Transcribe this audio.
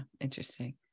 Interesting